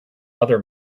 other